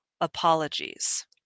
apologies